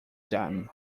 them